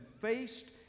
faced